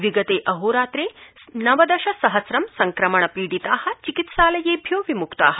विगते अहोरात्रे नवदश सहस्रं संक्रमण पीड़िता चिकित्सालयेभ्यो विम्क्ता